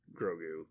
Grogu